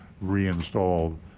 reinstalled